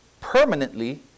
permanently